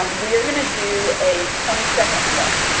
um we are gonna do a twenty second look.